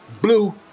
blue